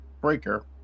Breaker